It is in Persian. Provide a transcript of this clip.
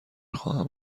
خواهم